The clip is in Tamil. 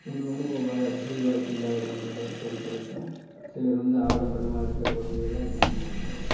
ஒன்று ஒன்று வசதி வாய்ப்பில்லாத கொழந்தைகளோட படிக்கிறதுக்கும் சிலர் வந்து ஆடம்பரமாக இருக்கிற கொழந்தைகள்லாம் அங்கே இருக்கமாட்டாங்க